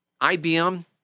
ibm